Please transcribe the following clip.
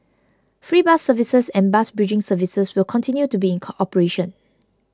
free bus services and bus bridging services will continue to be in cooperation